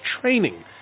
training